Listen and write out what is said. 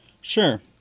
Sure